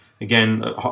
again